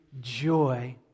joy